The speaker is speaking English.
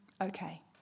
Okay